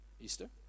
Easter